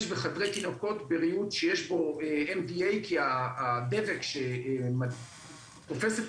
בחדרי תינוקות בריהוט שיש בו MDA כי הדבק שתופס את